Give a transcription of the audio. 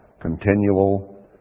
continual